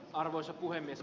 arvoisa puhemies